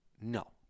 No